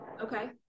okay